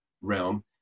realm